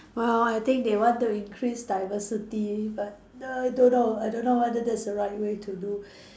well I think they want to increase diversity but I don't know I don't know whether that's the right way to do